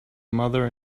mother